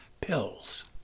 pills